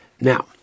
Now